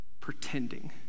pretending